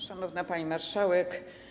Szanowna Pani Marszałek!